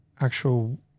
actual